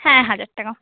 হ্যাঁ হাজার টাকা